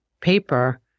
paper